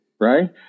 Right